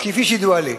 כפי שידועה לי.